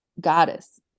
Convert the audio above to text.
goddess